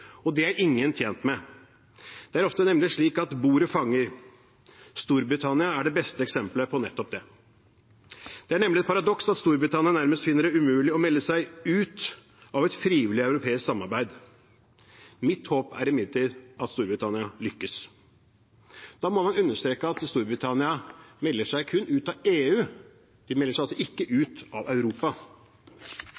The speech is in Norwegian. Det er ingen tjent med. Det er ofte slik at bordet fanger. Storbritannia er det beste eksempelet på nettopp det. Det er et paradoks at Storbritannia nærmest finner det umulig å melde seg ut av et frivillig europeisk samarbeid. Mitt håp er imidlertid at Storbritannia lykkes. Da må man understreke at Storbritannia kun melder seg ut av EU. De melder seg altså ikke